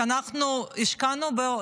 שאנחנו השקענו בו,